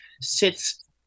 sits